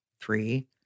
three